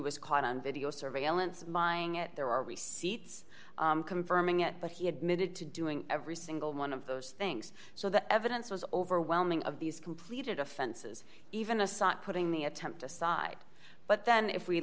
was caught on video surveillance mining it there are receipts confirming it but he admitted to doing every single one of those things so the evidence was overwhelming of these completed offenses even aside putting the attempt aside but then if we